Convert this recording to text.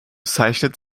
zeichnet